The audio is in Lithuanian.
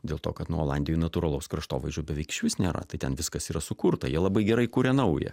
dėl to kad nu olandijoj natūralaus kraštovaizdžio beveik išvis nėra tai ten viskas yra sukurta jie labai gerai kuria naują